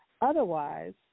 Otherwise